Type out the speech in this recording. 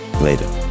Later